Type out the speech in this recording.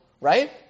right